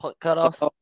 cutoff